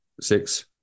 six